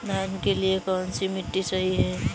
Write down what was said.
धान के लिए कौन सी मिट्टी सही है?